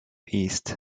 east